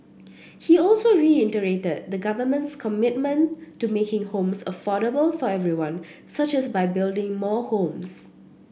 he also reiterated the Government's commitment to making homes affordable for everyone such as by building more homes